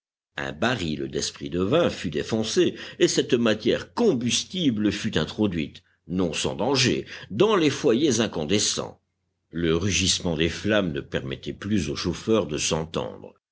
un baril desprit de vin fut défoncé et cette matière combustible fut introduite non sans danger dans les foyers incandescents le rugissement des flammes ne permettait plus aux chauffeurs de